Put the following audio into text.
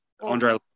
Andre